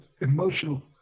emotional